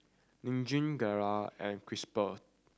Nin Jiom Gelare and Chipster